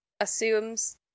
assumes